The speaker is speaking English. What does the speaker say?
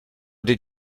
did